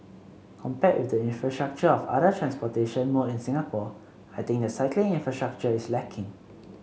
compared with the infrastructure of other transportation mode in Singapore I think the cycling infrastructure is lacking